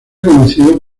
conocido